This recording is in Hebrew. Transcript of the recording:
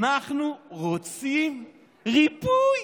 אנחנו רוצים ריפוי.